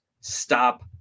stop